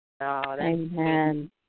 Amen